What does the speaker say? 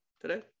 today